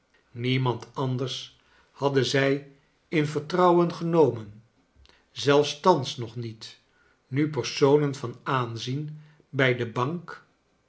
niemand anders hadden zij in vertrouwen genomen zelfs thans nog niet nu personen van aanzien bij de bank